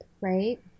right